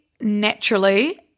naturally